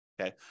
Okay